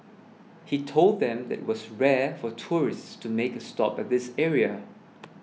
he told them that was rare for tourists to make a stop at this area